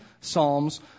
psalms